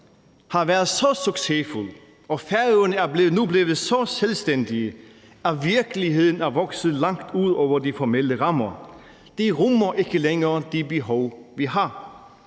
har været så succesfuld, og Færøerne er nu blevet så selvstændigt, at virkeligheden er vokset langt ud over de formelle rammer. De rummer ikke længere de behov, vi har.